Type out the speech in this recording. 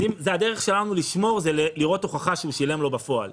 הדרך שלנו לשמור זה לראות הוכחה שהוא שילם לו בפועל.